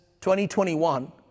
2021